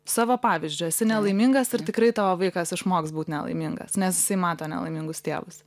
savo pavyzdžiu esi nelaimingas ir tikrai tavo vaikas išmoks būt nelaimingas nes jisai mato nelaimingus tėvus